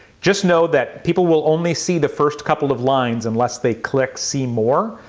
just know that people will only see the first couple of lines unless they click see more.